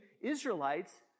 Israelites